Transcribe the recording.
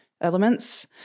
elements